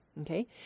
Okay